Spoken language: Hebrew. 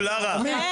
לימור סון הר מלך (עוצמה יהודית):